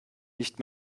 nicht